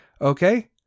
Okay